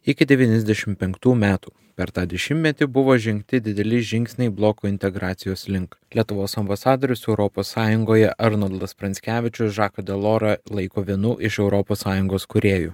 iki devyniasdešimt penktų metų per tą dešimtmetį buvo žengti dideli žingsniai bloko integracijos link lietuvos ambasadorius europos sąjungoje arnoldas pranckevičius žaką delorą laiko vienu iš europos sąjungos kūrėjų